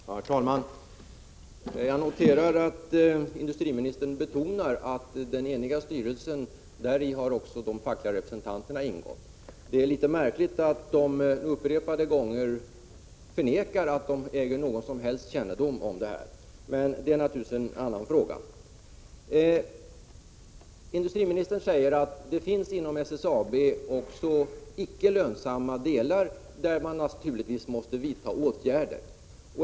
Herr talman! Jag noterar att industriministern betonar att också de fackliga representanterna har ingått i den eniga styrelsen. Det är litet märkligt att de upprepade gånger har förnekat att de äger någon som helst kännedom om det här. Men det är en annan fråga. Industriministern säger att det inom SSAB finns också icke lönsamma delar, beträffande vilka man naturligtvis måste vidta åtgärder.